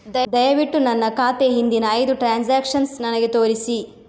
ದಯವಿಟ್ಟು ನನ್ನ ಖಾತೆಯ ಹಿಂದಿನ ಐದು ಟ್ರಾನ್ಸಾಕ್ಷನ್ಸ್ ನನಗೆ ತೋರಿಸಿ